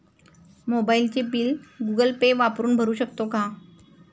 मोबाइलचे bill Google Pay वापरून भरू शकतो का?